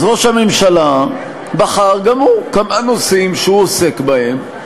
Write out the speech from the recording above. אז ראש הממשלה בחר גם הוא כמה נושאים שהוא עוסק בהם.